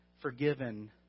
forgiven